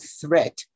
threat